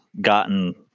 gotten